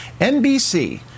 NBC